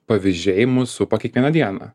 pavyzdžiai mus supa kiekvieną dieną